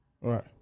Right